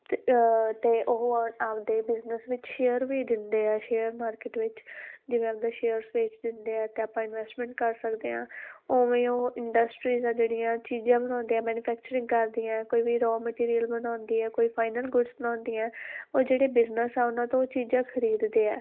ਤੇ ਤੇ ਉਹ ਆਪਦੇ ਬਿਜਨਸ ਵਿੱਚ ਸ਼ੇਅਰ ਵੀ ਦਿੰਦੇ ਆ ਸ਼ੇਅਰ ਮਾਰਕੀਟ ਵਿੱਚ ਜਿਵੇਂ ਆਪਦਾ ਸ਼ੇਅਰਸ ਵੇਚ ਦਿੰਦੇ ਆ ਤਾਂ ਆਪਾਂ ਇਨਵੈਸਟਮੈਂਟ ਕਰ ਸਕਦੇ ਹਾਂ ਉਵੇਂ ਉਹ ਇੰਡਸਟਰੀਜ ਆ ਜਿਹੜੀਆਂ ਚੀਜ਼ਾਂ ਬਣਾਉਂਦੇ ਆ ਮੈਨੀਫੈਕਚਰਿੰਗ ਕਰਦੀਆਂ ਕੋਈ ਵੀ ਰੋ ਮਟੀਰੀਅਲ ਬਣਾਉਂਦੀ ਹੈ ਕੋਈ ਫਾਈਨਲ ਗੁਡਸ ਬਣਾਉਂਦੀਆਂ ਉਹ ਜਿਹੜੇ ਬਿਜਨਸ ਆ ਉਹਨਾਂ ਤੋਂ ਚੀਜ਼ਾਂ ਖਰੀਦਦੇ ਆ